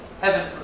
heaven